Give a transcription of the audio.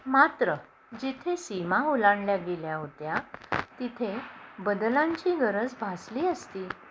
मात्र जिथे सीमा ओलांडल्या गेल्या होत्या तिथे बदलांची गरज भासली असती